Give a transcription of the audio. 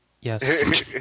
Yes